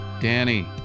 Danny